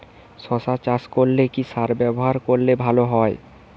শশা চাষ করলে কি সার ব্যবহার করলে ভালো হয়?